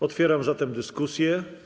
Otwieram zatem dyskusję.